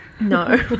No